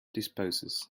disposes